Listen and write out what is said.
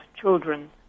children